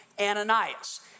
Ananias